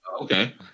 okay